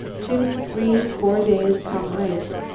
two, three, four days come ice.